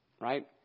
right